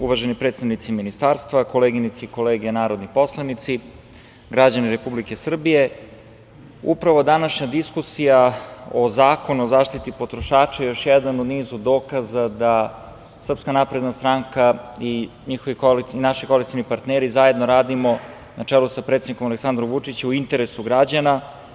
Uvaženi predstavnici ministarstva, koleginice i kolege narodni poslanici, građani Republike Srbije, upravo današnja diskusija o Zakonu o zaštiti potrošača je još jedan u nizu dokaza da SNS i naši koalicioni partneri zajedno radimo na čelu sa predsednikom Aleksandrom Vučićem u interesu građana.